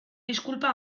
disculpa